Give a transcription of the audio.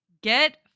Get